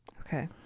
Okay